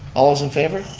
all those in favor?